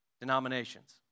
denominations